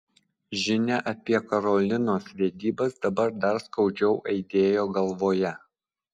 žinia apie karolinos vedybas dabar dar skaudžiau aidėjo galvoje